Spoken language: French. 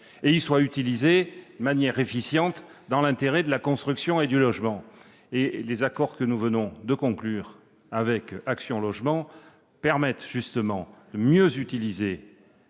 % soit utilisé de manière efficiente, dans l'intérêt de la construction et du logement. Les accords que nous venons de conclure avec Action Logement permettront, justement, une meilleure